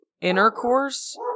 intercourse